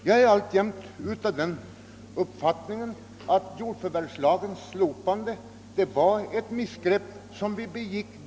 Jag har fortfarande den uppfattningen att jordförvärvslagens slopande var ett missgrepp.